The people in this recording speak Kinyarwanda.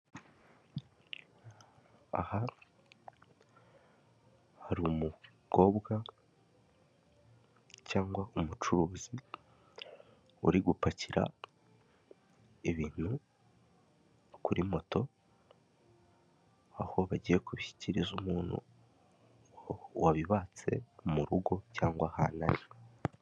Aha hari umukobwa cyangwa umucuruzi uri gupakira ibintu kuri moto aho bagiye kubishikiriza umuntu wabibatse cyangwa ahantu ari.